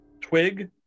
twig